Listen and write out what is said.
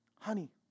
Honey